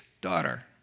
daughter